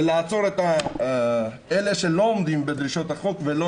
ולעצור את אלה שלא עומדים בדרישות החוק ולא